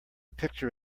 picture